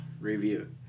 review